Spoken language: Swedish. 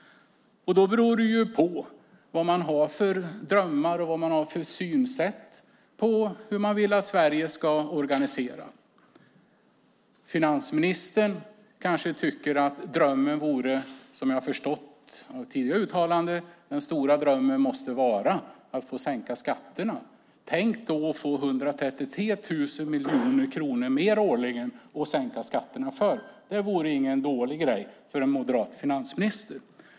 Då beror det på vad man har för drömmar för och synsätt på hur man vill att Sverige ska organiseras. Finansministern kanske tycker, vilket jag har förstått av tidigare uttalanden, att den stora drömmen måste vara att få sänka skatterna. Tänk då att få 133 000 miljoner kronor mer årligen att sänka skatterna för! Det vore ingen dålig grej för en moderat finansminister.